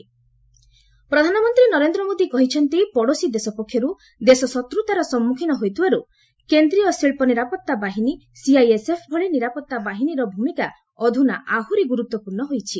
CISF ଲିଡ୍ ପ୍ରଧାନମନ୍ତ୍ରୀ ନରେନ୍ଦ୍ର ମୋଦି କହିଛନ୍ତି ପଡୋଶୀ ଦେଶ ପକ୍ଷରୁ ଦେଶ ଶତ୍ରୁତାର ସମ୍ମୁଖୀନ ହେଉଥିବାରୁ କେନ୍ଦ୍ରୀୟ ଶିଳ୍ପ ନିରାପତ୍ତା ବାହିନୀ ସିଆଇଏସ୍ଏଫ୍ ଭଳି ନିରାପତ୍ତା ବାହିନୀର ଭୂମିକା ଅଧୁନା ଆହୁରି ଗୁରୁତ୍ୱପୂର୍ଣ୍ଣ ହୋଇଛି